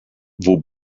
vous